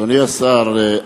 אדוני השר,